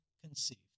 conceived